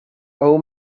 old